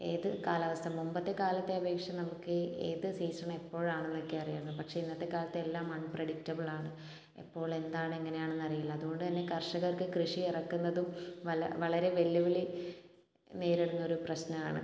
ഏത് കാലാവസ്ഥ മുൻപത്തെ കാലത്തെ അപേക്ഷിച്ച് നമുക്ക് ഏത് സീസൺ എപ്പോഴാണെന്നൊക്കെ അറിയാമായിരുന്നു പക്ഷേ ഇന്നത്തെ കാലത്ത് എല്ലാം അൺപ്രെഡിക്റ്റബിൾ ആണ് എപ്പോൾ എന്താണ് എങ്ങനെയാണെന്നറിയില്ല അതുകൊണ്ട് തന്നെ കർഷകർക്ക് കൃഷി ഇറക്കുന്നതും വല്ല വളരെ വെല്ലുവിളി നേരിടുന്ന ഒരു പ്രശ്നമാണ്